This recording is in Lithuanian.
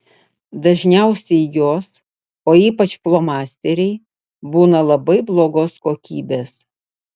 dažniausiai jos o ypač flomasteriai būna labai blogos kokybės